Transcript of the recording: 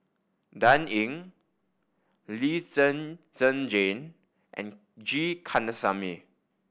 Dan Ying Lee Zhen Zhen Jane and G Kandasamy